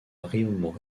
rayonnement